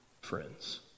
friends